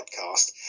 podcast